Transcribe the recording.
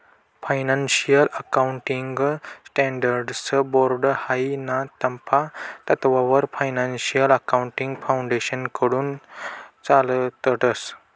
financial accounting standards board हायी ना नफा तत्ववर फायनान्शियल अकाउंटिंग फाउंडेशनकडथून चालाडतंस